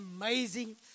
amazing